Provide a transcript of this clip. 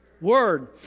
Word